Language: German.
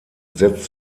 setzt